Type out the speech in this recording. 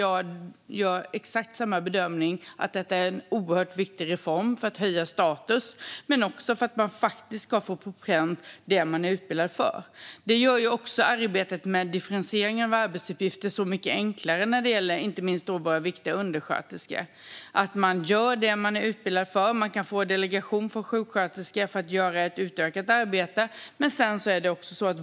Jag gör exakt samma bedömning: Detta är en oerhört viktig reform för att höja status och för att man ska få på pränt det man är utbildad för. Det gör arbetet med differentiering av arbetsuppgifter så mycket enklare, inte minst när det gäller våra viktiga undersköterskor. Man gör det man är utbildad för, och man kan få delegation från sjuksköterska för att göra ett utökat arbete.